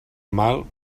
mal